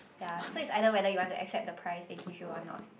ya so it's either whether you want to accept the price they give you or not